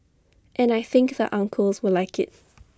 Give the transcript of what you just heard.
and I think the uncles will like IT